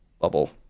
bubble